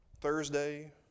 Thursday